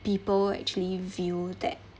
people actually view that